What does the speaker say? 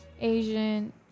Asian